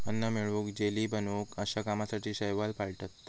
अन्न मिळवूक, जेली बनवूक अश्या कामासाठी शैवाल पाळतत